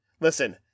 Listen